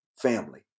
family